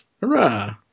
Hurrah